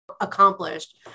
accomplished